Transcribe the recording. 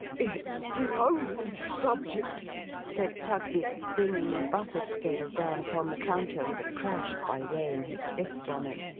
it's the only subject said tugby, bringing the butter-scale down upon the counter with a crash, by weighing his fist on it,